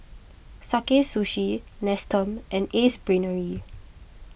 Sakae Sushi Nestum and Ace Brainery